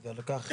אז על כך,